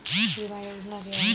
बीमा योजना क्या है?